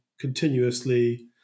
Continuously